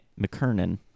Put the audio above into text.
McKernan